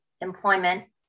employment